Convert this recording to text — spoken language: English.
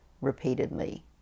repeatedly